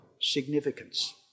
significance